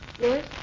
Yes